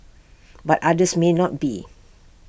but others may not be